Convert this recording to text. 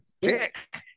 dick